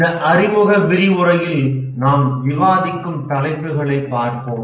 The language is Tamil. இந்த அறிமுக விரிவுரையில் நாம் விவாதிக்கும் தலைப்புகளைப் பார்ப்போம்